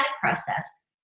process